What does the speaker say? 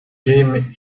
game